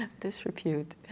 disrepute